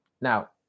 Now